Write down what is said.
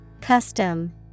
Custom